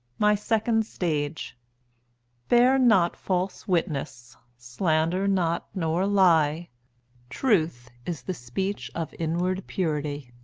my second stage bear not false witness, slander not, nor lie truth is the speech of inward purity.